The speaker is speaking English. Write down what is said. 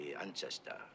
ancestor